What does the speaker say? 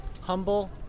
humble